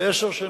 לעשר שנים.